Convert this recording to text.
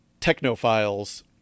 technophiles